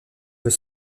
veut